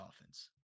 offense